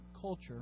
culture